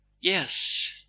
Yes